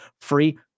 free